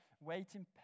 waiting